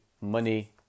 money